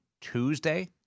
Tuesday